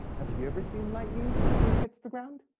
have you ever seen lightning, when it hits the ground?